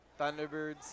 Thunderbirds